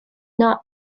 not